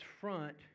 front